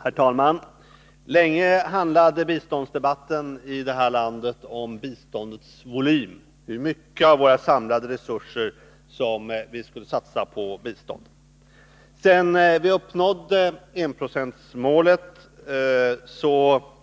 Herr talman! Länge handlade biståndsdebatten i det här landet om biståndets volym, hur mycket av våra samlade resurser som vi skulle satsa på bistånd. Sedan vi uppnått enprocentsmålet